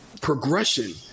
progression